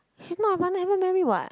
she's not my partner haven't marry [what]